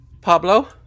Pablo